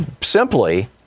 simply